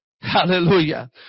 Hallelujah